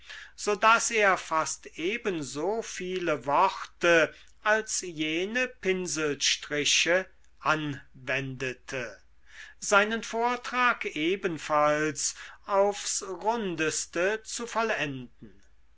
so daß er fast ebenso viele worte als jene pinselstriche anwendete seinen vortrag ebenfalls aufs rundeste zu vollenden